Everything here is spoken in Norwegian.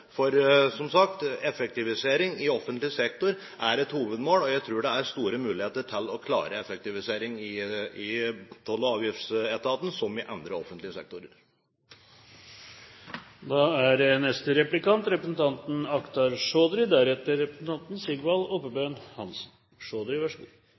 For, som sagt, effektivisering i offentlig sektor er et hovedmål, og jeg tror det er store muligheter for å klare en effektivisering i Toll- og avgiftsetaten, som i andre offentlige sektorer. Det er interessant å høre fra representanten